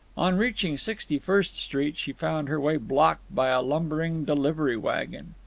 on reaching sixty-first street she found her way blocked by a lumbering delivery wagon.